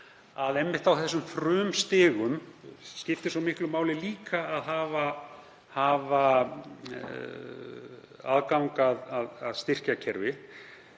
að einmitt á frumstigum skiptir svo miklu máli líka að hafa aðgang að styrkjakerfi.